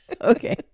Okay